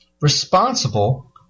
responsible